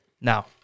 now